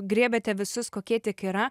griebiate visus kokie tik yra